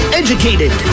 educated